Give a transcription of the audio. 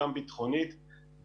גם ביטחונית,